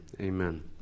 Amen